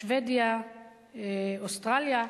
שבדיה ואוסטרליה,